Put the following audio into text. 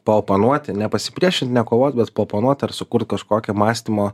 paoponuoti nepasipriešinti ne kovot bet paoponuoti ar sukurt kažkokią mąstymo